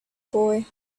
boy